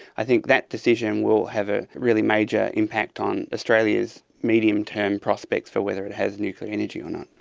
i think that decision will have a really major impact on australia's medium-term prospects for whether it has nuclear energy or not.